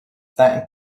that